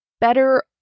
better